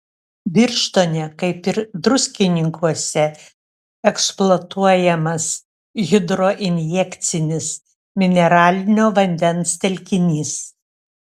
birštone kaip ir druskininkuose eksploatuojamas hidroinjekcinis mineralinio vandens telkinys